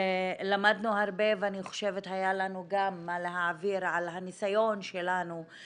למדנו הרבה ואני חושבת שהיה לנו גם מה להעביר על הניסיון שלנו,